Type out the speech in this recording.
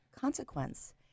consequence